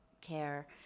care